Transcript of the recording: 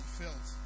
felt